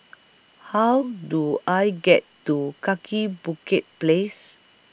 How Do I get to Kaki Bukit Place